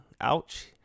Ouch